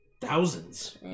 thousands